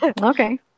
Okay